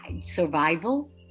survival